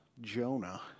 Jonah